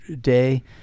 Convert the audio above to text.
day